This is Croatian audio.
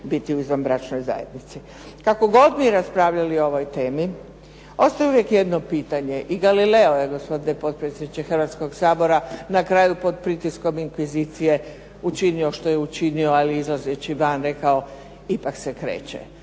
biti u izvanbračnoj zajednici. Kako god mi raspravljali o ovoj temi, ostaje uvijek jedno pitanje. I Galileo je gospodine potpredsjedniče Hrvatskog sabora na kraju pod pritiskom inkvizicije učinio što je učinio, ali izlazeći van rekao: "Ipak se kreće".